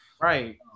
Right